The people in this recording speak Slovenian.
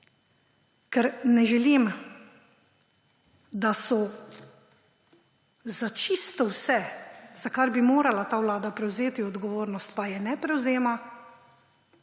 ker ne želim, da smo za čisto vse, za kar bi morala ta vlada prevzeti odgovornost, pa je ne prevzema,